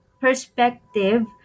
perspective